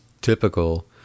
Typical